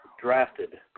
drafted